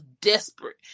desperate